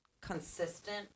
consistent